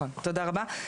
תודה רבה.